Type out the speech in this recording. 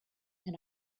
and